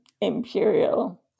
imperial